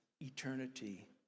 eternity